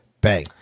Bang